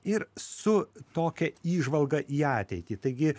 ir su tokia įžvalga į ateitį taigi